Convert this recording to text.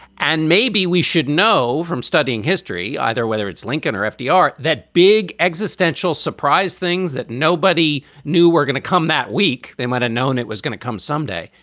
and maybe we should know from studying history, either whether it's lincoln or fdr. that big existential surprise, things that nobody knew were going to come that week. they might have known it was gonna come someday.